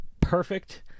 Perfect